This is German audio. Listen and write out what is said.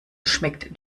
schmeckt